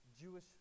Jewish